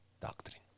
doctrine